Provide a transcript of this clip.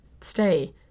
stay